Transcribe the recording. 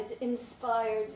inspired